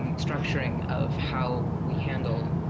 um structuring of how we handle